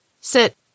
Sit